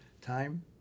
time